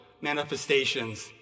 manifestations